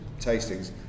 tastings